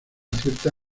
cierta